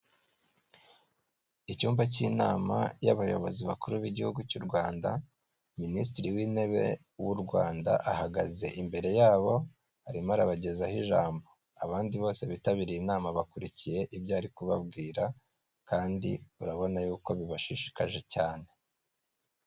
Icyumba k'inama y'abayobozi bakuru b'igihugu cy'u Rwanda, Minisitiri w'Intebe w'u Rwanda ahagaze imbere yabo arimo arabagezaho ijambo, abandi bose bitabiriye inama bakurikiye ibyo ari kubabwira kandi urabona yuko bibashishikaje cyane.